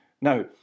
Now